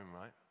right